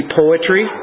poetry